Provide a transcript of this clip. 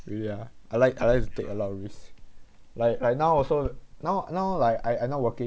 really ah I like I like to take a lot of risk like like now also now now like I I not working